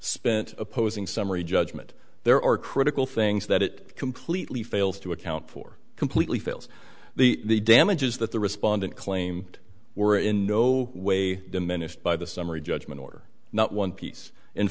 spent opposing summary judgment there are critical things that it completely fails to account for completely fails the damages that the respondent claim were in no way diminished by the summary judgment order not one piece in